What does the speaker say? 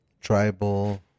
Tribal